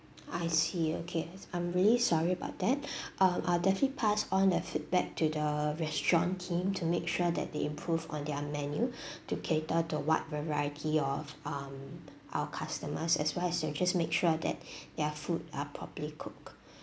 I see okay I'm really sorry about that um I'll definitely pass on the feedback to the restaurant team to make sure that they improve on their menu to cater to a wide variety of um our customers as well as to just make sure that their food are properly cooked